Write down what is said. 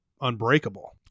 Unbreakable